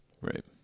right